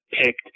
picked